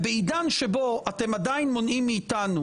בעידן שבו אתם עדיין מונעים מאיתנו